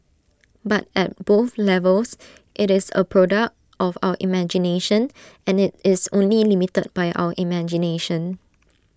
but at both levels IT is A product of our imagination and IT is only limited by our imagination